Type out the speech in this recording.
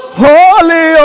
holy